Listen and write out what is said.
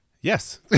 Yes